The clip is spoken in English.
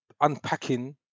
unpacking